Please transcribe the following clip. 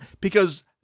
because-